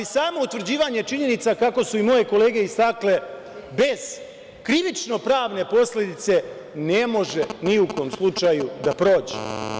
Samo utvrđivanje činjenica, kako su moje kolege istakle bez krivično-pravne posledice ne može ni u kom slučaju proći.